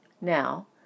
Now